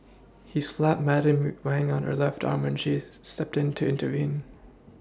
he slapped Madam Wang on her left arm when she stepped in to intervene